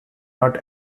not